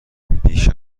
بیش